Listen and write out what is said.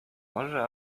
może